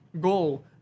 goal